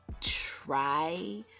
try